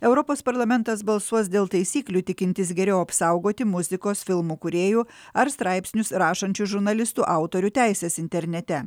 europos parlamentas balsuos dėl taisyklių tikintis geriau apsaugoti muzikos filmų kūrėjų ar straipsnius rašančių žurnalistų autorių teises internete